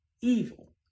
evil